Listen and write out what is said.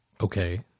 okay